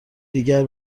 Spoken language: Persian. دیگر